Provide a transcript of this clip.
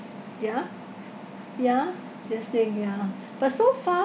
ya ya you're saying ya but so far